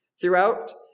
Throughout